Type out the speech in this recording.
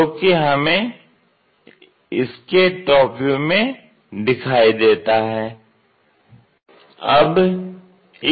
जो कि हमें इसके टॉप व्यू में दिखाई देता है